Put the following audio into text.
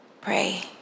Pray